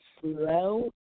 slow